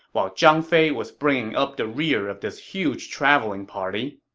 while zhang fei was bringing up the rear of this huge traveling party.